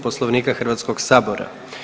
Poslovnika Hrvatskoga sabora.